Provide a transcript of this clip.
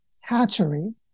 Hatchery